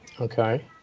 okay